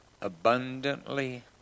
abundantly